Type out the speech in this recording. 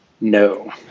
No